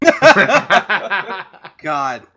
God